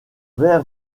ver